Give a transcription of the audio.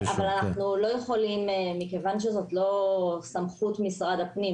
אבל מכיוון שזאת לא סמכות משרד הפנים,